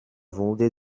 wurde